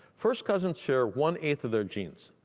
first cousins share one eighth of their jeans,